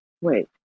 Wait